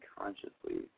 consciously